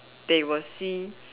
they will see